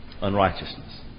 unrighteousness